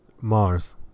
Mars